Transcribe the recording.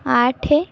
ଆଠ